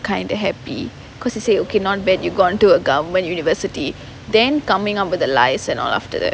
kind of happy because they say okay not bad you got into a government university then coming up the lies and all after that